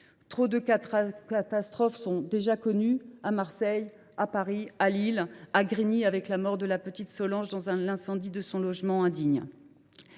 Trop de catastrophes sont déjà connues, à Marseille, à Paris, à Lille, ou encore à Grigny, avec la mort de la petite Solange dans l’incendie d’un logement indigne.